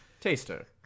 taster